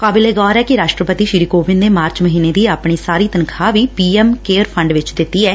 ਕਾਬਿਲੇ ਗੌਰ ਐ ਕਿ ਰਾਸ਼ਟਰਪਤੀ ਸ੍ਰੀ ਕੋਵਿੰਦ ਨੇ ਮਾਰਚ ਮਹੀਨੇ ਦੀ ਆਪਣੀ ਸਾਰੀ ਤਨਖਾਹ ਵੀ ਪੀ ਐਮ ਕੈਸ਼ ਫੰਡ ਚ ਦਿੱਤੀ ਐ